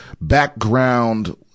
background